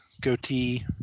goatee